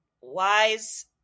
wise